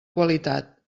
qualitat